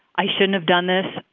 i shouldn't have done this.